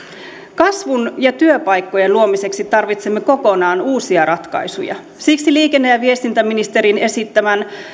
kasvun ja työpaikkojen luomiseksi tarvitsemme kokonaan uusia ratkaisuja siksi liikenne ja viestintäministerin esittämän